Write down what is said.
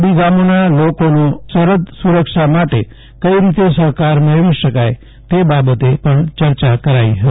સરહદી ગામોના લોકોનો સરહદ સુરક્ષા માટે કઇ રીતે સહકાર મેળવી શકાય તે બાબતે યર્યા કરાઇ હતી